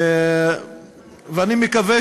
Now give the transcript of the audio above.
ואני מקווה